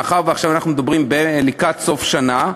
מאחר שאנחנו עכשיו לקראת סוף השנה,